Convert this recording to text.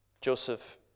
Joseph